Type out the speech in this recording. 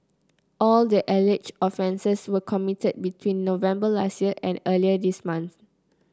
all the alleged offences were committed between November last year and earlier this month